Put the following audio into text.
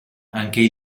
anche